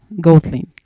goatling